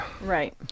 Right